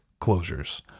closures